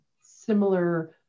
similar